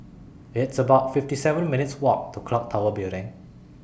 It's about fifty seven minutes' Walk to Clock Tower Building